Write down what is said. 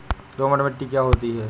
दोमट मिट्टी क्या होती हैं?